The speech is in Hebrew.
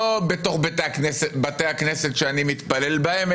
לא בתוך בתי הכנסת שאני מתפלל בהם,